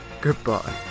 Goodbye